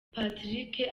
patrick